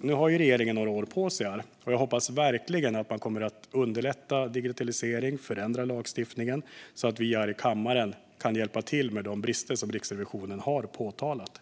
Nu har regeringen några år på sig, och jag hoppas verkligen att man kommer att underlätta digitalisering och förändra lagstiftningen så att vi här i kammaren kan hjälpa till att åtgärda de brister som Riksrevisionen har påtalat.